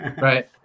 Right